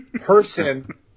person